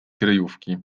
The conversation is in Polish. kryjówki